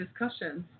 discussions